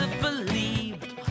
believed